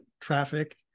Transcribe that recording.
Traffic